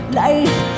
life